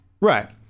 Right